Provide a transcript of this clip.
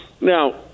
Now